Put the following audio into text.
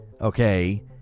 okay